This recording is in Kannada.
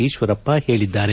ಈಶ್ವರಪ್ಪ ಹೇಳಿದ್ದಾರೆ